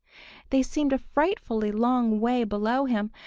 they seemed a frightfully long way below him,